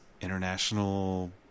international